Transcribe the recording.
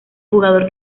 jugador